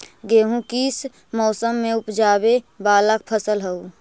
गेहूं किस मौसम में ऊपजावे वाला फसल हउ?